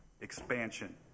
expansion